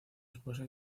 esposa